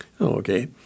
Okay